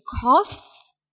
costs